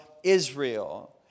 Israel